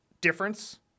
difference